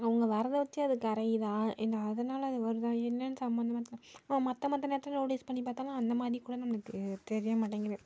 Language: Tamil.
அவங்க வரதை வச்சி அது கரையிதா இல்லை அதனால அது வருதா என்னென் சம்மந்தமாக மற்ற மற்ற நேரத்தில் நோட்டீஸ் பண்ணி பார்த்தாலும் அந்த மாதிரி கூட நம்மளுக்கு தெரிய மாட்டேங்கிது